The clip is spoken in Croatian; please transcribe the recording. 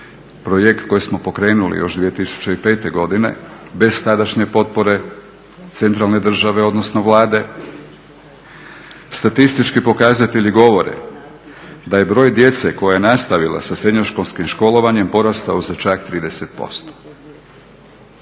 projekt koji smo pokrenuli još 2005. godine bez tadašnje potpore centralne države, odnosno Vlade. Statistički pokazatelji govore da je broj djece koja je nastavila sa srednjoškolskim školovanjem porastao za čak 30%.